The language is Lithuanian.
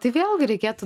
tai vėlgi reikėtų